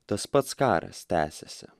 tas pats karas tęsiasi